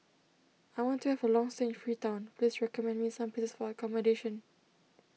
I want to have a long stay in Freetown please recommend me some places for accommodation